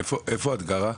איפה את גרה?